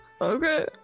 Okay